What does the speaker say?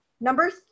Number